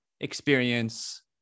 experience